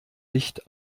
licht